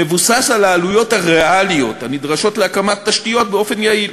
מבוסס על העלויות הריאליות הנדרשות להקמת תשתיות באופן יעיל.